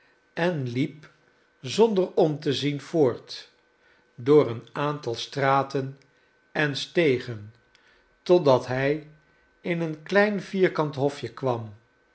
en liep zonder om te zien voort door een aantal straten en stegen totdat hij in een klein vierkant hofje kwam